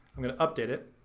i'm gonna update it.